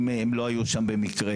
אם הם לא היו שם במקרה.